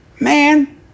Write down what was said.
man